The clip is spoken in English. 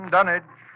Dunnage